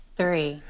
three